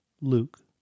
Luke